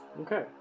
Okay